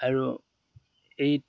আৰু এই